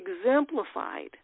exemplified